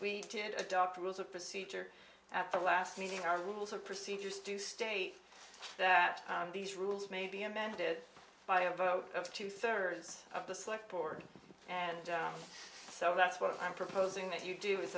we did adopt rules of procedure at the last meeting our rules or procedures do state that these rules may be amended by a vote of two thirds of the select board and so that's what i'm proposing that you do with